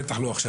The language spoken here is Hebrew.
בטח לא עכשיו.